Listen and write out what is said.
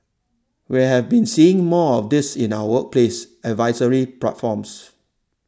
we have been seeing more of this in our workplace advisory platforms